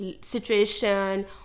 situation